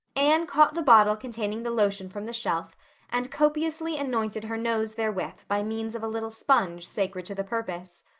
anne caught the bottle containing the lotion from the shelf and copiously anointed her nose therewith by means of a little sponge sacred to the purpose.